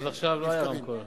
עד עכשיו לא היה רמקול.